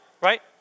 Right